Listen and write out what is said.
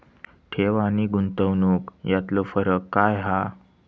ठेव आनी गुंतवणूक यातलो फरक काय हा?